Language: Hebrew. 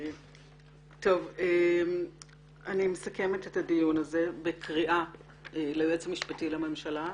אני מסכמת את הדיון הזה בקריאה ליועץ המשפטי לממשלה,